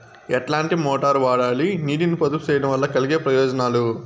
ఎట్లాంటి మోటారు వాడాలి, నీటిని పొదుపు సేయడం వల్ల కలిగే ప్రయోజనాలు?